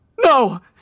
No